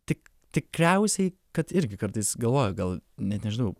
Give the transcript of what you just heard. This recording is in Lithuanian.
tik tikriausiai kad irgi kartais galvoju gal net nežinau